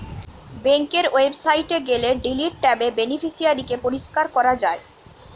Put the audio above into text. বেংকের ওয়েবসাইটে গেলে ডিলিট ট্যাবে বেনিফিশিয়ারি কে পরিষ্কার করা যায়